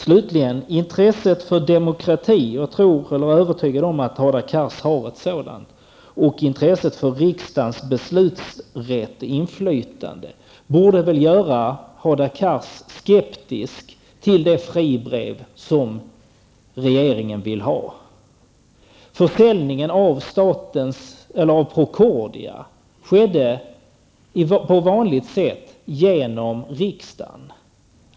Slutligen: Intresset för demokrati -- jag är övertygad om att Hadar Cars har ett sådant -- och intresset för riksdagens inflytande borde väl göra Hadar Cars skeptisk till det fribrev som regeringen vill ha. Försäljningen av Procordia skedde på vanligt sätt genom riksdagen.